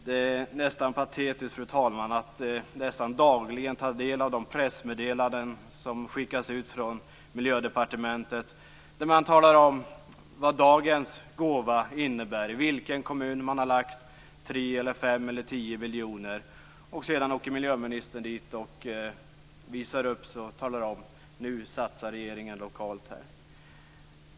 Det är nästan patetiskt, fru talman, att nästan dagligen ta del av de pressmeddelanden som skickas ut från Miljödepartementet där man talar om vad dagens gåva innebär, i vilken kommun man har lagt 3, 5 eller 10 miljoner. Sedan åker miljöministern dit, visar upp sig och talar om att nu satsar regeringen lokalt här.